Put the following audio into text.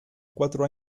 cuatro